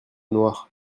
noire